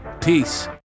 Peace